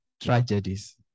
tragedies